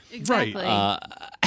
Right